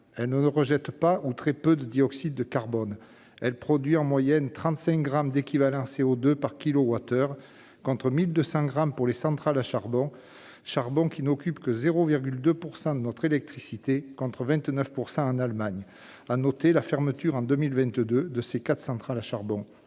elle ne rejette pas, ou très peu, de dioxyde de carbone. Elle produit en moyenne 35 grammes d'équivalent CO2par kilowattheure, contre 1 200 grammes pour les centrales à charbon, charbon qui ne produit que 0,2 % de notre électricité, contre 29 % en Allemagne. Il est à noter la fermeture, en 2022, des quatre dernières centrales à charbon